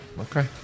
Okay